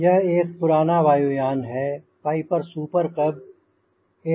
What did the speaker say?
यह एक पुराना वायुयान हैं पाइपर सूपर कब 18 150